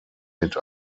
mit